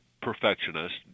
perfectionist